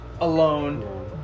alone